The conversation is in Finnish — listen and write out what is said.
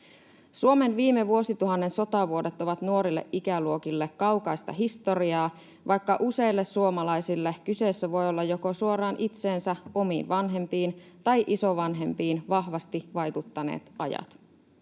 Suomen viime vuosituhannen sotavuodet ovat nuorille ikäluokille kaukaista historiaa, vaikka useille suomalaisille kyseessä voi olla joko suoraan itseensä, omiin vanhempiin tai isovanhempiin vahvasti vaikuttaneet ajat.